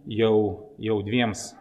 jau jau dviems